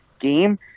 game